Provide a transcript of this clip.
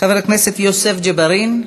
חבר הכנסת יוסף ג'בארין.